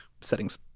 settings